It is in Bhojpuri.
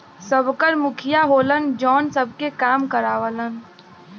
सबकर मुखिया होलन जौन सबसे काम करावलन